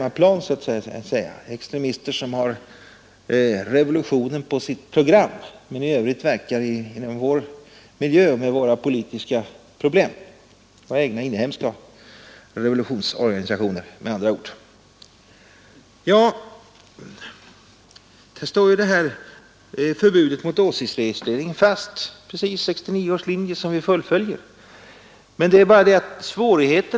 Man må kalla det för åsiktsregistrering eller vad hemmaplan, de extremister som har revolutionen på sitt program men i övrigt verkar inom vår miljö och med våra politiska problem. Det är med andra ord våra egna inhemska revolutionsorganisationer. Ja, i fråga om dem står förbudet mot åsiktsregistrering fast. Vi fullföljer 1969 års linje.